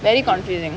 very confusing